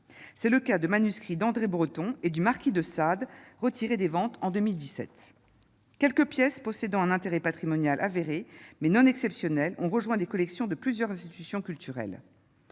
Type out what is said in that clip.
c'est le cas de manuscrits, d'André Breton et du marquis de Sade retiré des ventes en 2017 quelques pièces possédant un intérêt patrimonial avéré mais non exceptionnelle ont rejoint des collections de plusieurs institutions culturelles,